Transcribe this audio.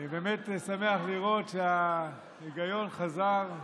אני באמת שמח לראות שההיגיון חזר,